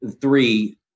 three